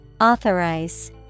Authorize